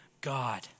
God